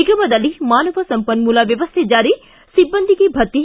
ನಿಗಮದಲ್ಲಿ ಮಾನವ ಸಂಪನ್ಮೂಲ ವ್ಯವಸ್ಥೆ ಜಾರಿ ಸಿಬ್ಬಂದಿಗೆ ಭತ್ತೆ